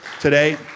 today